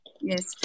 Yes